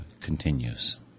continues